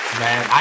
man